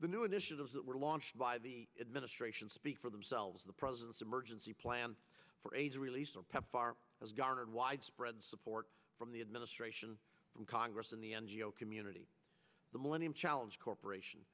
the new initiatives that were launched by the administration speak for themselves the president's emergency plan for aids relief far as garnered widespread support from the administration from congress and the ngo community the millennium challenge corporation